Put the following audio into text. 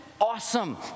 awesome